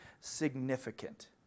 significant